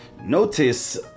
Notice